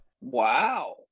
wow